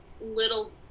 little